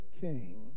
king